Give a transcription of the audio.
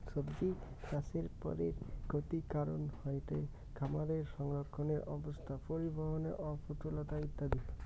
সব্জিচাষের পরের ক্ষতির কারন হয়ঠে খামারে সংরক্ষণের অব্যবস্থা, পরিবহনের অপ্রতুলতা ইত্যাদি